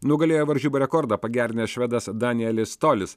nugalėjo varžybų rekordą pagerinęs švedas danielis tolis